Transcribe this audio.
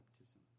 baptism